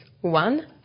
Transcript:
one